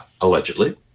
allegedly